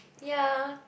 ya